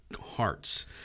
hearts